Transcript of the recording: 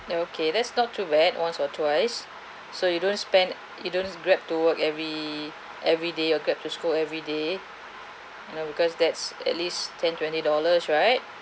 then okay that's not to bad once or twice so you don't spend you don't Grab to work every everyday or grab to school every day you know because that's at least ten twenty dollars right